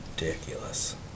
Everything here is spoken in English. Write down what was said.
ridiculous